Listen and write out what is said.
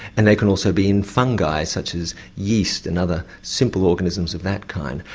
and they can also be in fungi such as yeast and other simple organisms of that kind.